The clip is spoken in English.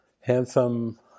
handsome